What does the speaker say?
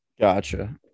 Gotcha